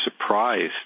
surprised